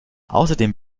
außerdem